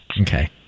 Okay